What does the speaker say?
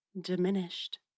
diminished